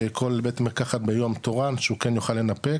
שכל בית מרקחת ביום תורן שהוא כן יוכל לנפק